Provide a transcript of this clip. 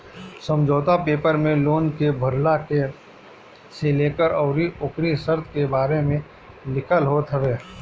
समझौता पेपर में लोन के भरला से लेके अउरी ओकरी शर्त के बारे में लिखल होत हवे